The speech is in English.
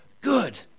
good